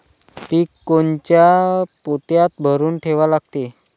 पीक कोनच्या पोत्यात भरून ठेवा लागते?